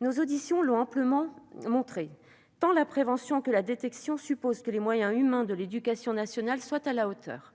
Nos auditions l'ont amplement montré : tant la prévention que la détection suppose que les moyens humains de l'éducation nationale soient à la hauteur.